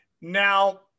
now